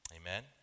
Amen